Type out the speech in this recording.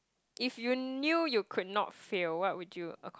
if you knew you could not fail what would you accom~